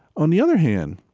on the other hand,